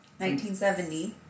1970